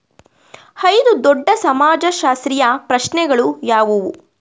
ಐದು ದೊಡ್ಡ ಸಮಾಜಶಾಸ್ತ್ರೀಯ ಪ್ರಶ್ನೆಗಳು ಯಾವುವು?